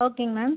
ஓகேங்க மேம்